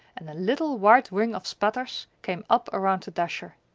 and a little white ring of spatters came up around the dasher.